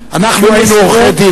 אנחנו היינו עורכי-דין,